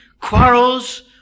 quarrels